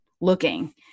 looking